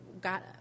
got